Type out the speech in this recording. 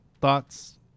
thoughts